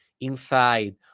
inside